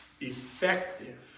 effective